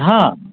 हां